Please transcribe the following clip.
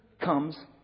comes